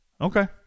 Okay